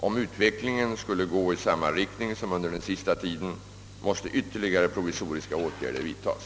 Om utvecklingen skulle gå i samma riktning som under den sista tiden, måste ytterligare provisoriska åtgärder vidtas.